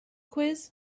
quiz